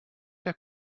der